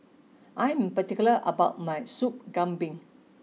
I am particular about my Sup Kambing